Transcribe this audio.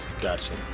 Gotcha